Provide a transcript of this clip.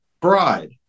bride